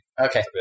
Okay